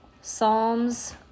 Psalms